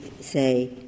say